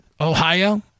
ohio